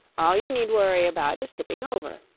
all you need worry about is tipping over.